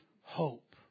hope